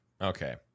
okay